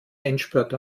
endspurt